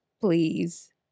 please